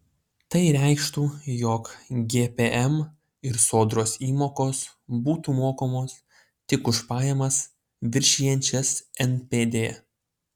tai reikštų jog gpm ir sodros įmokos būtų mokamos tik už pajamas viršijančias npd